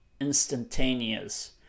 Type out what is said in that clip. instantaneous